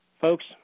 Folks